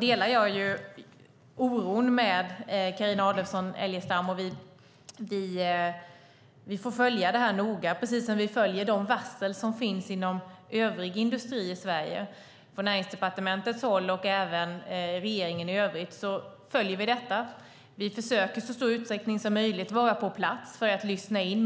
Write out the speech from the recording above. delar Carina Adolfsson Elgestams oro. Vi följer detta noga precis som vi följer de varsel som finns inom övrig industri i Sverige. På Näringsdepartementet och även inom regeringen i övrigt följer vi detta. Vi försöker i så stor utsträckning som möjligt vara på plats för att lyssna in.